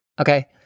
okay